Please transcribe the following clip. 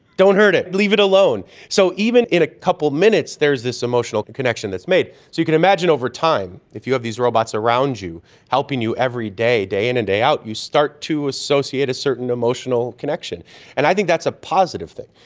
don't hurt it, leave it alone! so even in a couple of minutes there's this emotional connection that's made. so you can imagine over time if you have these robots around you helping you every day, day in and day out, you start to associate a certain emotional connection. and i think that's a positive thing.